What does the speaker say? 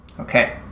Okay